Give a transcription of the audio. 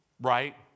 right